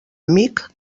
amic